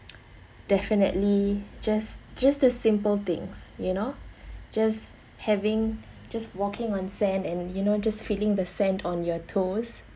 definitely just just the simple things you know just having just walking on sand and you know just feeling the sand on your toes